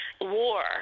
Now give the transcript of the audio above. war